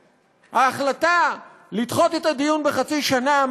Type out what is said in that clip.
המשמעות של ההחלטה לדחות את הדיון בחצי שנה היא